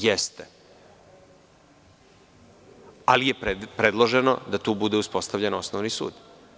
Jeste, ali je predloženo da tu bude uspostavljen osnovni sud.